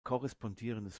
korrespondierendes